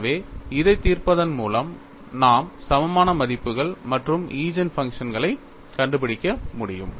எனவே இதைத் தீர்ப்பதன் மூலம் நாம் சமமான மதிப்புகள் மற்றும் ஈஜென்ஃபங்க்ஷன்களைக் கண்டுபிடிக்க முடியும்